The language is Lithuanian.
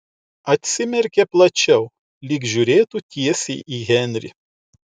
atsimerkė plačiau lyg žiūrėtų tiesiai į henrį